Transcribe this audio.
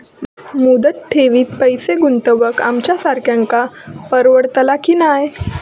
मुदत ठेवीत पैसे गुंतवक आमच्यासारख्यांका परवडतला की नाय?